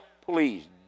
please